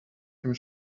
dem